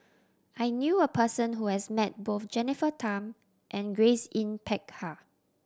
I knew a person who has met both Jennifer Tham and Grace Yin Peck Ha